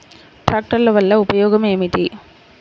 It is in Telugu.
ట్రాక్టర్ల వల్ల ఉపయోగం ఏమిటీ?